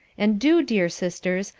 and do, dear sisters,